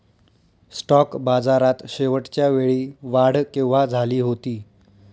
Stock बाजारात शेवटच्या वेळी वाढ केव्हा झाली होती?